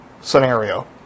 scenario